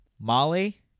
Molly